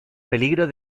peligro